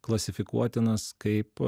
klasifikuotinas kaip